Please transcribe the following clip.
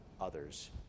others